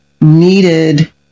needed